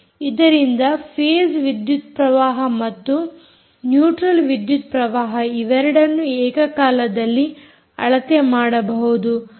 ಇದರಿಂದ ಫೇಸ್ ವಿದ್ಯುತ್ ಪ್ರವಾಹ ಮತ್ತು ನ್ಯೂಟ್ರಲ್ ವಿದ್ಯುತ್ ಪ್ರವಾಹ ಇವೆರಡನ್ನೂ ಏಕ ಕಾಲದಲ್ಲಿ ಅಳತೆ ಮಾಡಬಹುದು